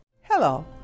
Hello